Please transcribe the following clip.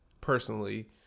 personally